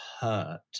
hurt